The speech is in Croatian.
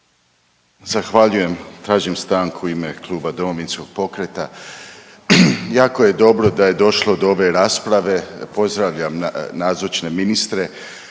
Zahvaljujem. Tražim stanku u ime Kluba Domovinskog pokreta. Jako je dobro da je došlo do ove rasprave. Pozdravljam nazočne ministre,